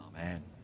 Amen